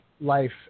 life